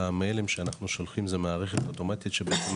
המיילים שאנחנו שולחים זה מערכת אוטומטית שבודקת,